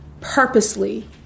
purposely